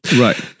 Right